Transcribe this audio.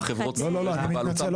לא, אני מתנצל.